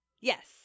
Yes